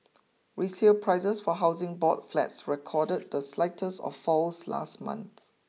resale prices for Housing Board flats recorded the slightest of falls last month